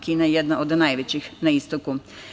Kina je jedna od najvećih na istoku.